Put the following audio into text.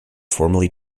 formally